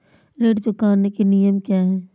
ऋण चुकाने के नियम क्या हैं?